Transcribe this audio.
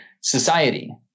society